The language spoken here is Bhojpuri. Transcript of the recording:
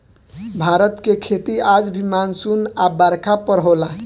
भारत के खेती आज भी मानसून आ बरखा पर होला